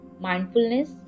mindfulness